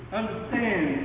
understand